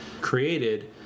created